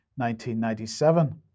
1997